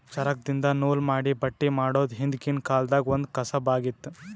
ಚರಕ್ದಿನ್ದ ನೂಲ್ ಮಾಡಿ ಬಟ್ಟಿ ಮಾಡೋದ್ ಹಿಂದ್ಕಿನ ಕಾಲ್ದಗ್ ಒಂದ್ ಕಸಬ್ ಆಗಿತ್ತ್